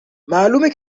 معلومه